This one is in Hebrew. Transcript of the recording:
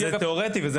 זה תיאורטי וזה נחמד.